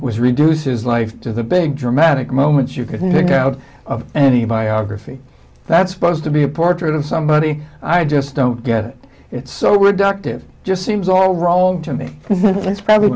was reduce his life to the big dramatic moments you could make out of any biography that's supposed to be a portrait of somebody i just don't get it it's so weird octave just seems all wrong to me it's probably